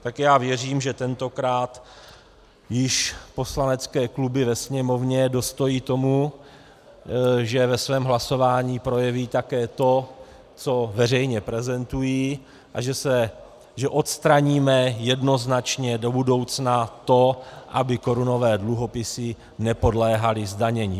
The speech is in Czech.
Tak já věřím, že tentokrát již poslanecké kluby ve Sněmovně dostojí tomu, že ve svém hlasování projeví také to, co veřejně prezentují a že odstraníme jednoznačně do budoucna to, aby korunové dluhopisy nepodléhaly zdanění.